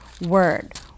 word